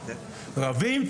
רבים,